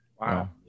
Wow